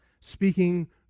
speaking